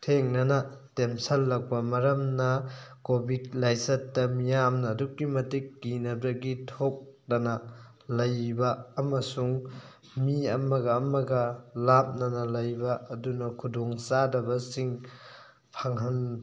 ꯍꯛꯊꯦꯡꯅꯅ ꯇꯦꯝꯁꯤꯟꯂꯛꯄ ꯃꯔꯝꯅ ꯀꯣꯚꯤꯗ ꯂꯥꯏꯆꯠꯇ ꯃꯤꯌꯥꯝꯅ ꯑꯗꯨꯛꯀꯤ ꯃꯇꯤꯛ ꯀꯤꯅꯕꯒꯤ ꯊꯣꯛꯇꯅ ꯂꯩꯕ ꯑꯃꯁꯨꯡ ꯃꯤ ꯑꯃꯒ ꯑꯃꯒ ꯂꯥꯞꯅꯅ ꯂꯩꯕ ꯑꯗꯨꯅ ꯈꯨꯗꯣꯡ ꯆꯥꯗꯕ ꯁꯤꯡ ꯐꯪꯍꯟ